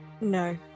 No